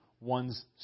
one's